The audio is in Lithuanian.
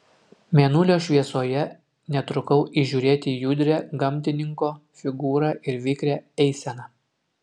mėnulio šviesoje netrukau įžiūrėti judrią gamtininko figūrą ir vikrią eiseną